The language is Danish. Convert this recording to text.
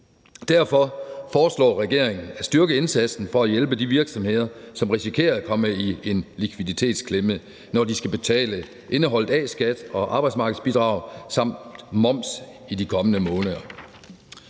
Derfor foreslår regeringen at styrke indsatsen for at hjælpe de virksomheder, som risikerer at komme i en likviditetsklemme, når de skal betale indeholdt A-skat og arbejdsmarkedsbidrag samt moms i de kommende måneder.